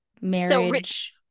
marriage